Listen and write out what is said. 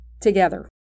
together